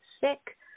sick